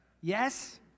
Yes